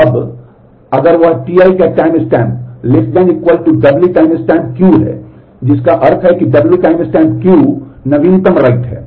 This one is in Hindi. अब अगर वह Ti का टाइमस्टैम्प W टाइमस्टैम्प नवीनतम write है